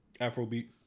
Afrobeat